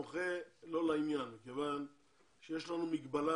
אתה מוחה לא לעניין כיוון שיש לנו מגבלה